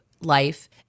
life